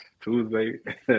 Tuesday